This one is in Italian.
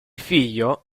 figlio